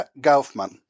Gaufman